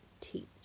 teach